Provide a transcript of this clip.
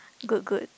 good good